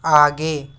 आगे